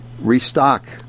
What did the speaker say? restock